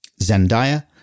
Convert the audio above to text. Zendaya